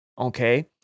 okay